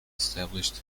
established